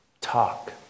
talk